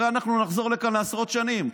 הרי אנחנו נחזור לכאן לעשרות שנים.